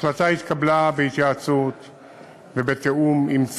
ההחלטה התקבלה בהתייעצות ובתיאום עם צה"ל,